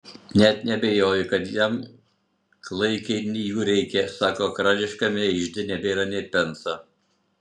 net neabejoju kad jam klaikiai jų reikia sako karališkajame ižde nebėra nė penso